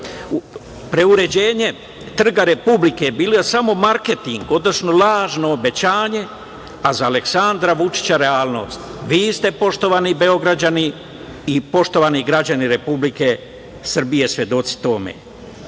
preuređenje Trga Republike bilo samo marketing, odnosno, lažno obećanje, a za Aleksandra Vučića realnost, vi ste svedoci poštovani Beograđani i poštovani građani Republike Srbije. Tako je